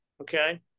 okay